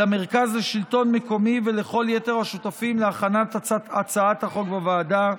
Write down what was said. למרכז לשלטון מקומי ולכל יתר השותפים להכנת הצעת החוק בוועדה.